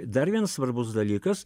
dar vienas svarbus dalykas